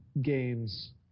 games